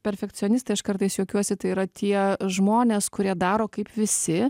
perfekcionistai aš kartais juokiuosi tai yra tie žmonės kurie daro kaip visi